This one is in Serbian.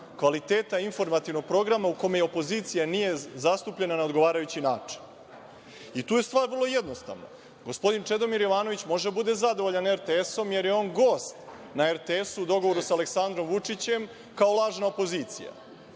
kvaliteta informativnog programa u kome opozicija nije zastupljena na odgovarajući način. I tu je stvar vrlo jednostavna. Gospodin Čedomir Jovanović može da bude zadovoljan RTS-om jer je on gost na RTS-u u dogovoru sa Aleksandrom Vučićem kao lažna opozicija.